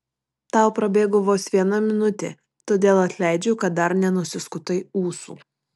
tau prabėgo vos viena minutė todėl atleidžiu kad dar nenusiskutai ūsų